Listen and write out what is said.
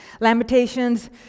Lamentations